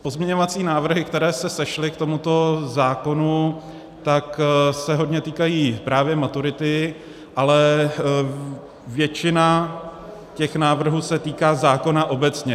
Pozměňovací návrhy, které se sešly k tomuto zákonu, se hodně týkají právě maturity, ale většina těch návrhů se týká zákona obecně.